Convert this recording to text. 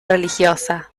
religiosa